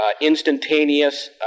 instantaneous